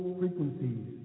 frequencies